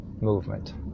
Movement